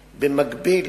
שנים,